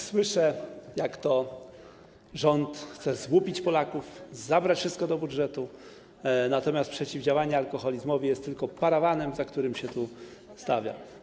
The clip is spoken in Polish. Słyszę, że rząd chce złupić Polaków, zabrać wszystko do budżetu, natomiast przeciwdziałanie alkoholizmowi jest tylko parawanem, za którym się to stawia.